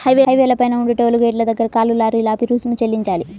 హైవేల పైన ఉండే టోలు గేటుల దగ్గర కార్లు, లారీలు ఆపి రుసుము చెల్లించాలి